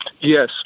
Yes